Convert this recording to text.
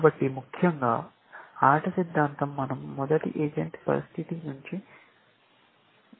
కాబట్టి ముఖ్యంగా ఆట సిద్ధాంతం మనం మొదటి ఏజెంట్ పరిస్థితి నుంచి బయటపడిన మొదటి స్థానం